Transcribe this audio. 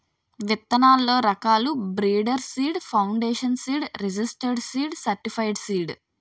విత్తనాల్లో రకాలు breeder seed, foundation seed, registered seed, certified seed